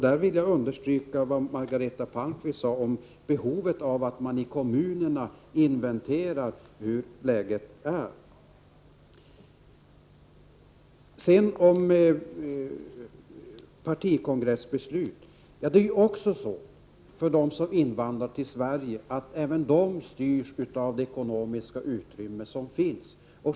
Där vill jag understryka vad Margareta Palmqvist sade om behovet av att i kommunerna inventera läget. Beträffande partikongressbeslut vill jag säga att det ju är så att även de som invandrat till Sverige styrs av det ekonomiska utrymme som finns.